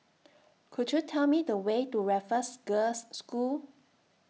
Could YOU Tell Me The Way to Raffles Girls' School